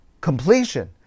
completion